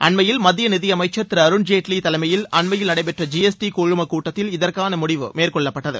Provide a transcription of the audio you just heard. அண்மையில் மத்திய நிதியமைச்சள் திரு அருண் ஜேட்வி தலைமையில் அண்மையில் நடைபெற்ற ஜி எஸ் டி குழும கூட்டத்தில் இதற்கான முடிவு மேற்கொள்ளப்பட்டது